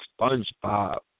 SpongeBob